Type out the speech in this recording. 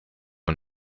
and